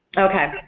okay.